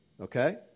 Okay